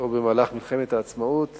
או במהלך מלחמת העצמאות